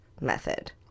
method